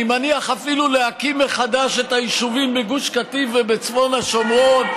אני מניח שאפילו להקים מחדש את היישובים בגוש קטיף ובצפון השומרון,